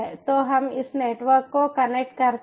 तो हम इस नेटवर्क को कनेक्ट करते हैं